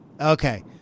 Okay